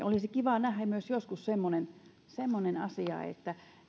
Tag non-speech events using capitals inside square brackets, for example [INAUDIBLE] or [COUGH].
[UNINTELLIGIBLE] olisi kiva nähdä joskus myös semmoinen asia että